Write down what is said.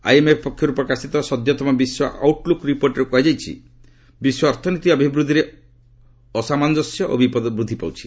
IMF ପକ୍ଷରୁ ପ୍ରକାଶିତ ସଦ୍ୟତମ ବିଶ୍ୱ ଆଉଟ୍ଲୁକ୍ ରିପୋର୍ଟରେ କୁହାଯାଇଛି ବିଶ୍ୱ ଅର୍ଥନୀତି ଅଭିବୃଦ୍ଧିରେ ଅସାମଞ୍ଜସ୍ୟ ଓ ବିପଦ ବୃଦ୍ଧି ପାଉଛି